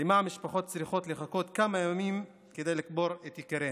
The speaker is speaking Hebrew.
למה המשפחות צריכות לחכות כמה ימים כדי לקבור את יקיריהן?